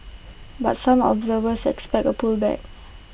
but some observers expect A pullback